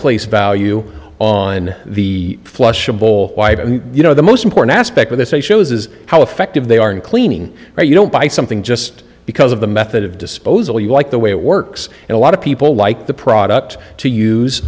place value on the flushable you know the most important aspect of this a shows is how effective they are in cleaning or you don't buy something just because of the method of disposal you like the way it works and a lot of people like the product to use